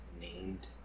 named